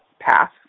path